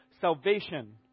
Salvation